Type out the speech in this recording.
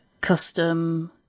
custom